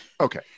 okay